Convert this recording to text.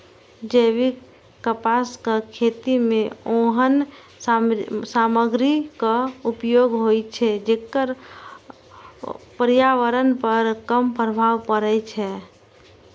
जैविक कपासक खेती मे ओहन सामग्रीक उपयोग होइ छै, जेकर पर्यावरण पर कम प्रभाव पड़ै छै